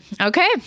okay